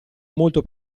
molto